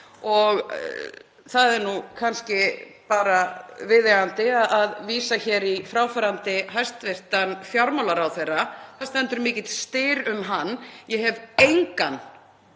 og það er nú kannski bara viðeigandi að vísa hér í fráfarandi hæstv. fjármálaráðherra, það stendur mikill styr um hann. Ég hef engan